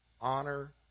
honor